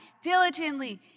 Diligently